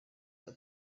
for